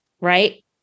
right